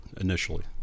initially